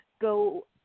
go